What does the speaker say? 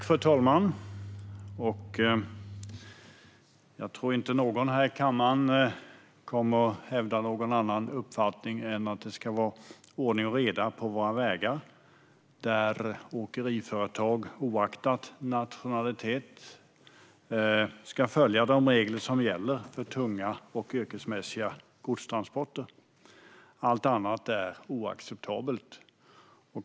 Fru talman! Jag tror inte att någon här i kammaren kommer att hävda någon annan uppfattning än att det ska vara ordning och reda på våra vägar. Åkeriföretag, oaktat nationalitet, ska följa de regler som gäller för tunga och yrkesmässiga godstransporter. Allt annat är oacceptabelt.